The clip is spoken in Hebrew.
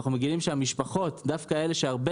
אנחנו מגלים שהמשפחות דווקא אלה שהרבה